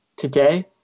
today